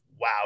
wow